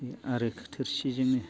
आरो थोरसिजोंनो